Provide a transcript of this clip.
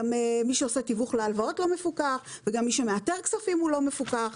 גם מי שעושה תיווך להלוואות לא מפוקח וגם מי שמאתר כספים לא מפוקח,